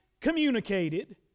communicated